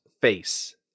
face